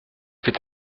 fait